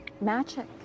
magic